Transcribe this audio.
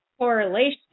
correlation